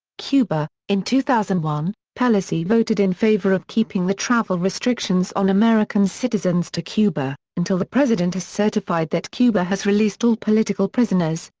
cuba in two thousand and one, pelosi voted in favor of keeping the travel restrictions on american citizens to cuba, until the president has certified that cuba has released all political prisoners,